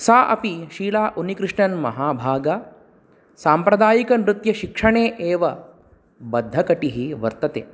सा अपि शीला उन्निकृष्णन् महाभागा साम्प्रदायिकनृत्यशिक्षणे एव बद्धकटिः वर्तते